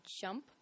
jump